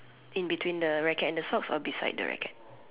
in between the racket and the socks or beside the racket